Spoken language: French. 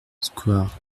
square